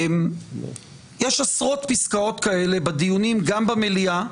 יש עשרות פסקאות כאלה בדיונים גם במליאה.